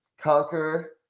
conquer